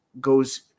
goes